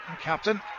captain